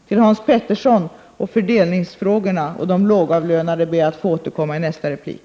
Till vad Hans Petersson sade om fördelningsfrågorna och de lågavlönade ber jag att få återkomma i nästa replik.